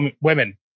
women